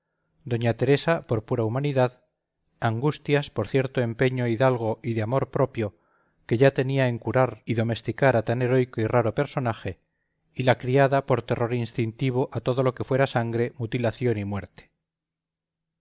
doña teresa por pura humanidad angustias por cierto empeño hidalgo y de amor propio que ya tenía en curar y domesticar a tan heroico y raro personaje y la criada por terror instintivo a todo lo que fuera sangre mutilación y muerte